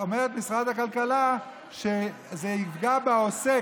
אומר שזה יפגע בעוסק.